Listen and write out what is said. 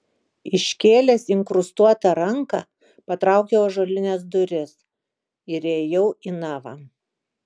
iškėlęs inkrustuotą ranką patraukiau ąžuolines duris ir įėjau į navą